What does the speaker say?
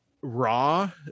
raw